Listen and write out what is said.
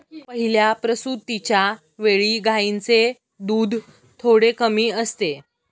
पहिल्या प्रसूतिच्या वेळी गायींचे दूध थोडे कमी असते